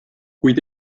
kuid